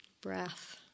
breath